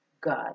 God